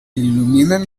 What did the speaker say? il·luminen